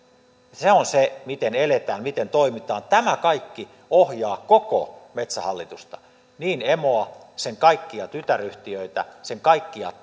se on se miten eletään miten toimitaan tämä kaikki ohjaa koko metsähallitusta niin emoa sen kaikkia tytäryhtiöitä sen kaikkia